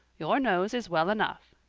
your nose is well enough,